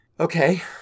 Okay